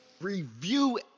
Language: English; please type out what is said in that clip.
review